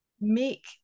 make